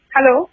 Hello